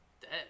dead